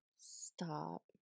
Stop